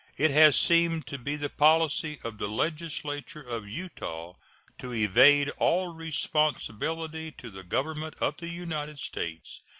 it has seemed to be the policy of the legislature of utah to evade all responsibility to the government of the united states,